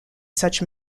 such